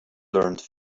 learned